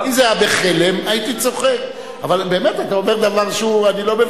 אם זה היה בחלם, הייתי צוחק.